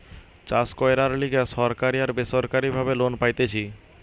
চাষ কইরার লিগে সরকারি আর বেসরকারি ভাবে লোন পাইতেছি